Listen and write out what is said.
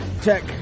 Tech